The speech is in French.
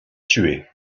tués